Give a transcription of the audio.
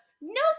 No